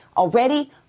Already